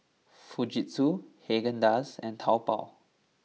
Fujitsu Haagen Dazs and Taobao